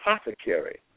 apothecary